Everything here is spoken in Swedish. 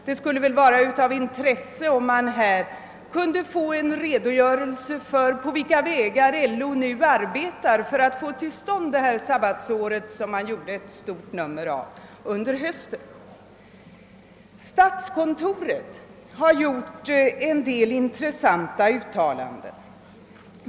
Det skulle vara av intresse att här få en redogörelse för på vilket sätt LO nu arbetar för att få till stånd det sabbatsår som man gjorde ett stort nummer av under hösten. Statskontoret har gjort en del intressanta uttalanden.